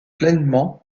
pleinement